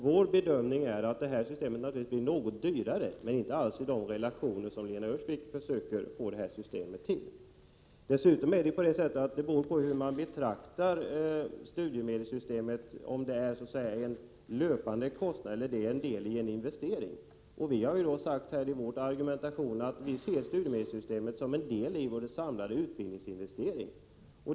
Vår bedömning är att vårt system blir något dyrare, men det är inte alls fråga om de relationer som Lena Öhrsvik försöker få det till. Dessutom beror det på om man betraktar studiemedelsystemet så att säga som en löpande kostnad eller som en del i en investering. Vi har sagt att vi ser studiemedelssystemet som en del i den samlade utbildningsinvesteringen.